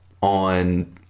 on